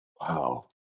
Wow